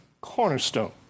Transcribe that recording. Cornerstone